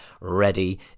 ready